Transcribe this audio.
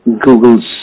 Google